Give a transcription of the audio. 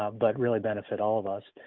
ah but really benefit all of us.